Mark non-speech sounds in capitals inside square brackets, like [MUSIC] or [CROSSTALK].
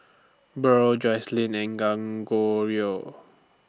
Burl Joseline and [UNINTELLIGIBLE]